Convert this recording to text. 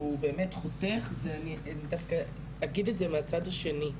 באמת חותך ואני דווקא אגיד את זה מהצד השני,